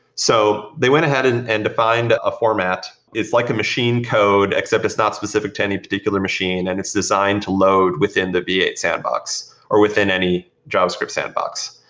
so they went ahead and and defined a format is like a machine code except it's not specific to any other machine, and it's designed to load within the v eight sandbox or within any javascript sandbox.